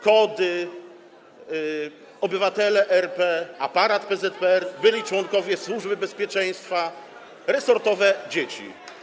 KOD-y, Obywatele RP, aparat PZPR, byli członkowie Służby Bezpieczeństwa, resortowe dzieci.